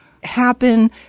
happen